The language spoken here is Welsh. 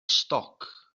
stoc